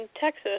Texas